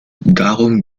darum